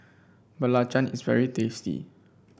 belacan is very tasty